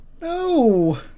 no